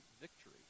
victory